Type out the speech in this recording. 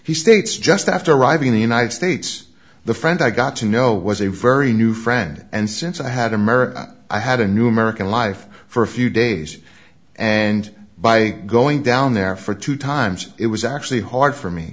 states just after arriving in the united states the friend i got to know was a very new friend and since i had america i had a new american life for a few days and by going down there for two times it was actually hard for me